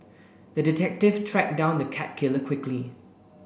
the detective tracked down the cat killer quickly